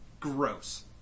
Gross